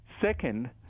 Second